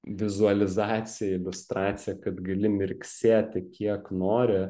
vizualizacija iliustracija kad gali mirksėti kiek nori